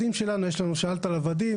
שאלת על הוועדים.